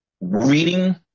reading